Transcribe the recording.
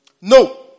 No